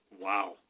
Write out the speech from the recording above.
wow